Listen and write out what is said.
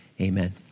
amen